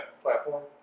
platform